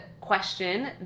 question